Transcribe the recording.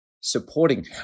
supporting